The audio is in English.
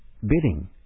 bidding